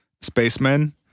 spacemen